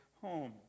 home